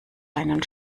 einen